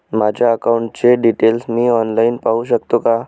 माझ्या अकाउंटचे डिटेल्स मी ऑनलाईन पाहू शकतो का?